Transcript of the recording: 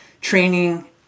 Training